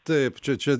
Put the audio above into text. taip čia čia